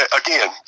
again